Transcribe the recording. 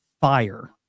fire